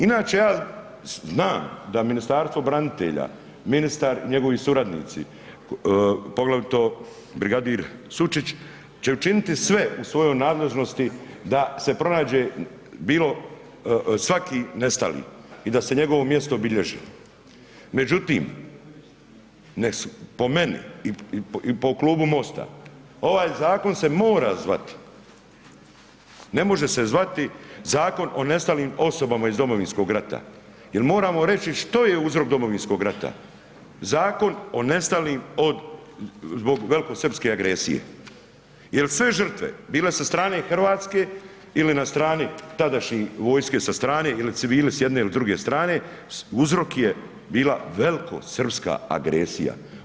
Inače ja znam da Ministarstvo branitelja, ministar, njegovi suradnici, poglavito brigadir Sučić će učiniti sve u svojoj nadležnosti da se pronađe svaki nestali i da se njegovo mjesto obilježi međutim po meni i po klubu MOST-a, ovaj zakon se mora zvati, ne može se zvati zakon o nestalim osobama iz Domovinskog rata jer moramo reći što je uzrok Domovinskog rata, zakon o nestalim zbog velikosrpske agresije jer sve žrtve, bile sa strane Hrvatske ili na strani tadašnje vojske sa strane ili civili s jedne ili druge strane, uzrok je bila velikosrpska agresija.